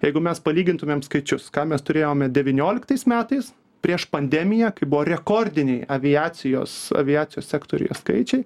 jeigu mes palygintumėm skaičius ką mes turėjome devynioliktais metais prieš pandemiją kai buvo rekordiniai aviacijos aviacijos sektoriuje skaičiai